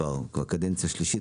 כבר קדנציה שלישית,